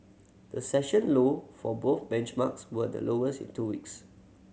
the session low for both benchmarks were the lowest in two weeks